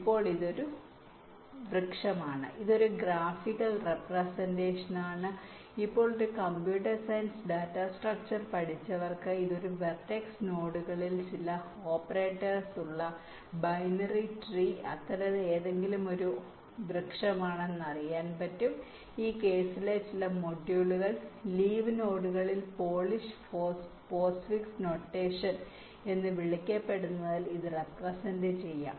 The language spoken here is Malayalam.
ഇപ്പോൾ ഇത് ഒരു വൃക്ഷമാണ് ഇത് ഒരു ഗ്രാഫിക്കൽ റെപ്രെസെന്റഷൻ ആണ് ഇപ്പോൾ ഒരു കമ്പ്യൂട്ടർ സയൻസ് ഡാറ്റാ സ്ട്രക്ച്ചർ പഠിച്ചവർക്ക് ഇത് വെർട്ടെക്സ് നോഡുകളിൽ ചില ഓപ്പറേറ്റർമാർ ഉള്ള ബൈനറി ട്രീ അത്തരം ഏതെങ്കിലും വൃക്ഷമാണെന്ന് അറിയാം ഈ കേസിലെ ചില മൊഡ്യൂളുകൾ ലീവ് നോഡുകളിൽ പോളിഷ് പോസ്റ്റ്ഫിക്സ് നൊട്ടേഷൻ എന്ന് വിളിക്കപ്പെടുന്നതിൽ ഇത് റെപ്രെസെന്റ് ചെയ്യാം